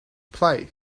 play